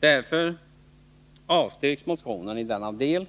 Därför avstyrks motionen i denna del.